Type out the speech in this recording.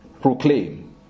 proclaim